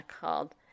called